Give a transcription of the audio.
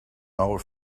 our